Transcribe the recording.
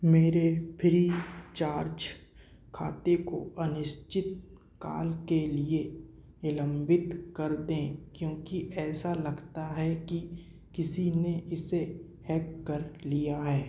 मेरे फ़्रीचार्ज खाते को अनिश्चित काल के लिए निलंबित कर दें क्योंकि ऐसा लगता है कि किसी ने इसे हैक कर लिया है